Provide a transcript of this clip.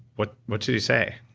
what what do you say?